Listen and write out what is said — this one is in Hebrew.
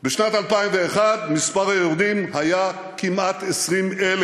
בשנת 2001 מספר היורדים היה כמעט 20,000,